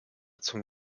zum